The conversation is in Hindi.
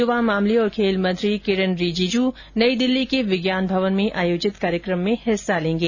युवा मामले और खेल मंत्री किरेन रिजीजू नई दिल्ली के विज्ञान भवन में आयोजित कार्यक्रम में हिस्सा लेंगे